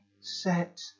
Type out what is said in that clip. set